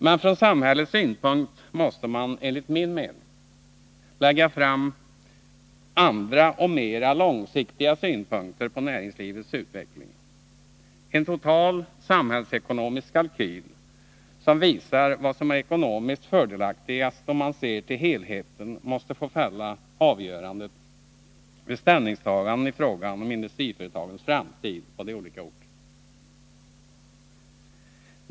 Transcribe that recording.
Men från samhällets synpunkt måste man, enligt min mening, lägga andra och mera långsiktiga synpunkter på näringslivets utveckling. En total samhällsekonomisk kalkyl, som visar vad som är ekonomiskt fördelaktigast om man ser till helheten, måste få fälla avgörandet vid ställningstaganden i fråga om industriföretagens framtid på de olika orterna.